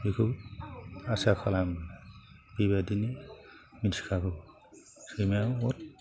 बेखौ आसा खालामो बेबादिनो मिथिखागौ सैमायानो अर